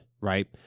right